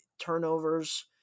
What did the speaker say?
turnovers